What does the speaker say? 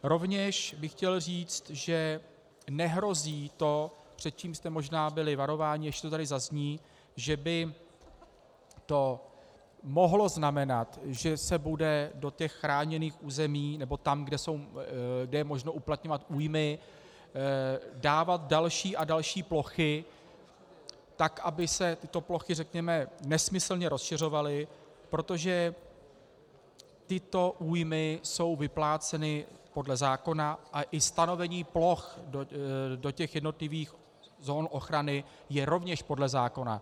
Rovněž bych chtěl říct, že nehrozí to, před čím jste možná byli varováni, než to tady zazní, že by to mohlo znamenat, že se bude do těch chráněných území, nebo tam, kde je možno uplatňovat újmy, dávat další a další plochy tak, aby se tyto plochy, řekněme, nesmyslně rozšiřovaly, protože tyto újmy jsou vypláceny podle zákona, a i stanovení ploch do těch jednotlivých zón ochrany je rovněž podle zákona.